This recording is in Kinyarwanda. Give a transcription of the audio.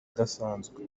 idasanzwe